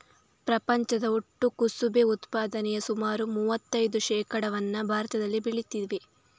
ಪ್ರಪಂಚದ ಒಟ್ಟು ಕುಸುಬೆ ಉತ್ಪಾದನೆಯ ಸುಮಾರು ಮೂವತ್ತೈದು ಶೇಕಡಾವನ್ನ ಭಾರತದಲ್ಲಿ ಬೆಳೀತೇವೆ